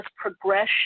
progression